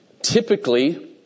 typically